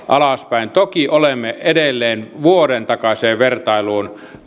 alaspäin toki olemme edelleen vuoden takaiseen verrattuna